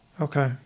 Okay